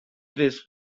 this